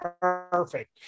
perfect